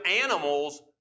animals